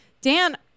Dan